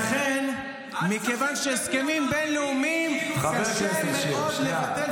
כיוון שהסכמים בין-לאומיים קשה מאוד לבטל במחי יד.